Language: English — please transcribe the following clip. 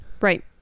Right